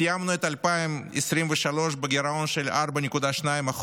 סיימנו את 2023 בגירעון של 4.2%,